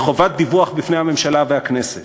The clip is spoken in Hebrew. וחובת דיווח בפני הממשלה והכנסת.